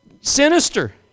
sinister